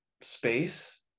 space